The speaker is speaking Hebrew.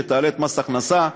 שתעלה את מס ההכנסה,